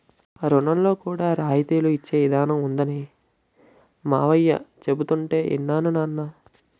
రుణాల్లో కూడా రాయితీలు ఇచ్చే ఇదానం ఉందనీ మావయ్య చెబుతుంటే యిన్నాను నాన్నా